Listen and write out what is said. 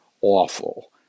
awful